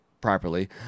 properly